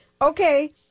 Okay